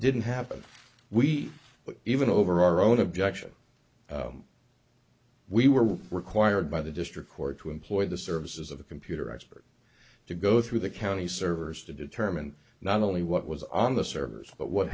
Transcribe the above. didn't happen we but even over our own objection we were required by the district court to employ the services of a computer expert to go through the county servers to determine not only what was on the servers but what